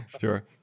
Sure